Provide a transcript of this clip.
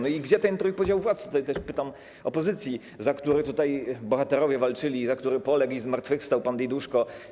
No i gdzie ten trójpodział władzy - tutaj też pytam opozycję - za który tutaj bohaterowie walczyli, za który poległ i zmartwychwstał pan Diduszko?